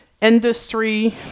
industry